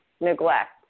neglect